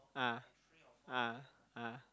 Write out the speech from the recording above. ah ah ah